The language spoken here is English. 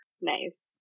Nice